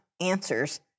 answers